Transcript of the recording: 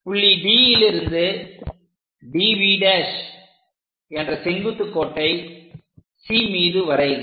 புள்ளி D லிருந்து D V' என்ற செங்குத்து கோட்டை C மீது வரைக